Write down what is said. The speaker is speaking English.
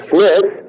Smith